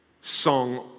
song